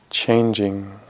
changing